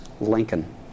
Lincoln